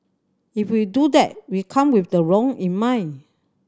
if we do that we come with the wrong in mind